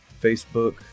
Facebook